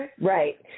Right